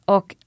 Och